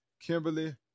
Kimberly